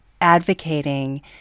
Advocating